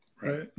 Right